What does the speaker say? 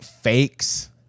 fakes